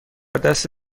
دست